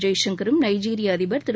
ஜெய்சங்கரும் நைஜீரிய அதிபர் திரு